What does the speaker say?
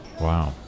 Wow